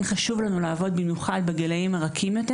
חשוב לנו לעבוד במיוחד בגילאים הרכים יותר.